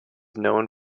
known